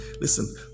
Listen